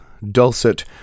dulcet